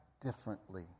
differently